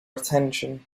attention